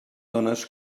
dones